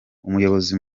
umuyobozi